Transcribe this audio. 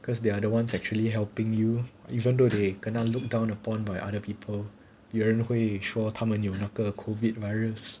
because they are the ones actually helping you even though they kena looked down upon by other people 人会说他们有那个 COVID virus